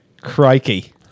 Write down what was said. Crikey